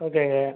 ஓகேங்க